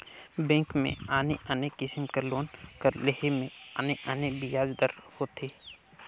bank में आने आने किसिम कर लोन कर लेहे में आने आने बियाज दर होथे